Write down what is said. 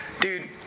dude